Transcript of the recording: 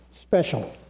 special